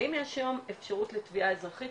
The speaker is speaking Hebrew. האם יש היום אפשרות לתביעה אזרחית?